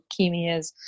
leukemias